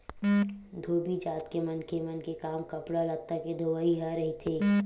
धोबी जात के मनखे मन के काम कपड़ा लत्ता के धोवई ह रहिथे